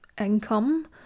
income